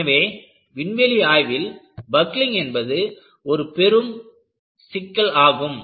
எனவே விண்வெளி ஆய்வில் பக்லிங் என்பது ஒரு பெரும் சிக்கல் ஆகும்